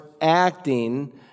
acting